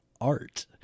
art